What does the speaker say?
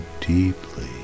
deeply